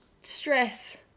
Stress